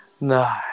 No